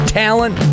talent